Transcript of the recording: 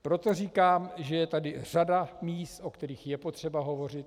Proto říkám, že je tady řada míst, o kterých je potřeba hovořit.